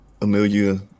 Amelia